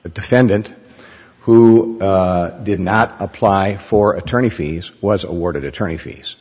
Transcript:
defendant who did not apply for attorney fees was awarded attorney fees